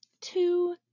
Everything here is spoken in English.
two